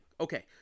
Okay